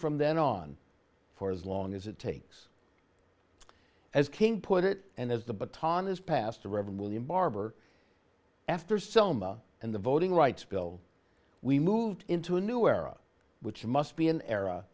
from then on for as long as it takes as king put it and as the baton is passed to revel in barbour after selma and the voting rights bill we moved into a new era which must be an era